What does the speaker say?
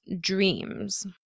Dreams